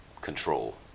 control